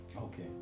Okay